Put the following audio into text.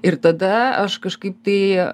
ir tada aš kažkaip tai